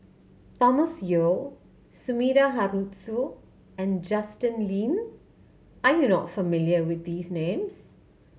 Thomas Yeo Sumida Haruzo and Justin Lean are you not familiar with these names